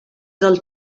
del